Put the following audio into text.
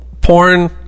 porn